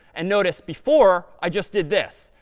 and notice, before i just did this.